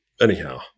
Anyhow